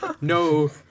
No